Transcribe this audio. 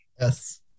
Yes